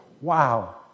Wow